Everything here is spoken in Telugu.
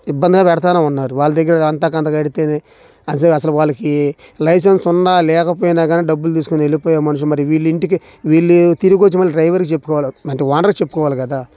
ఇబ్బందిలు పెడతానే ఉన్నారు వాళ్ళ దగ్గర ఎంతో కొంత కడితేనే అసలు వాళ్ళకి లైసెన్స్ ఉన్నా లేకపోయినా గానీ డబ్బులు తీసుకుని వెళ్ళిపోయే మనుషులు మరి వీళ్ళు ఇంటికి వీళ్ళు తిరిగొచ్చి మళ్ళీ డ్రైవర్కి చెప్పుకోవాలి అంటే ఓనర్కి చెప్పుకోవాలి కదా